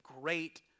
great